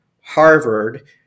Harvard